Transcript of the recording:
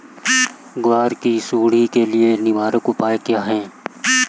ग्वार की सुंडी के लिए निवारक उपाय क्या है?